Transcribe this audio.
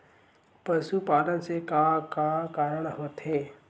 पशुपालन से का का कारण होथे?